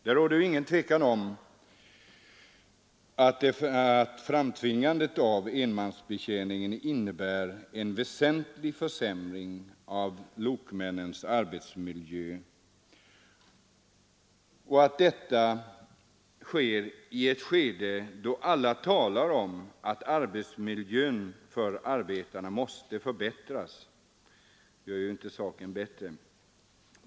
Det råder ingen tvekan om att framtvingandet av enmansbetjäning innebär en väsentlig försämring av lokmännens arbetsmiljö. Att detta inträffar i ett skede då alla talar om att arbetsmiljön för arbetarna måste förbättras, gör inte saken bättre.